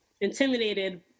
intimidated